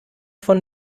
von